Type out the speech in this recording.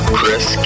Chris